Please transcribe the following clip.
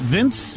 Vince